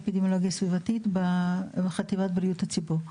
אני מנהלת המחלקה לאפידמיולוגיה סביבתית בחטיבת בריאות הציבור.